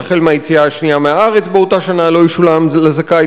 שהחל מהיציאה השנייה מהארץ באותה שנה לא ישולם לזכאי